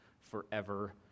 forever